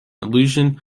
illusion